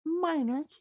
minor